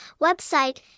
website